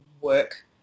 work